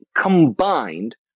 combined